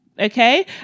okay